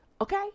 Okay